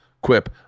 Quip